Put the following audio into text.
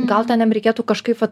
gal ten jam reikėtų kažkaip va